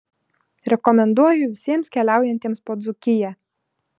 rekomenduoju visiems keliaujantiems po dzūkiją